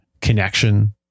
connection